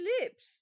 lips